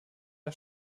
der